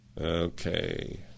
Okay